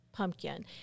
pumpkin